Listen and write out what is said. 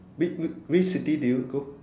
whi~ whi~ which city do you go